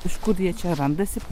iš kur jie čia randasi